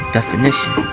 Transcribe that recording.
Definition